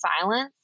silence